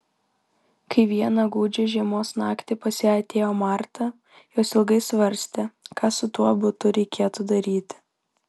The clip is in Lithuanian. kai vieną gūdžią žiemos naktį pas ją atėjo marta jos ilgai svarstė ką su tuo butu reikėtų daryti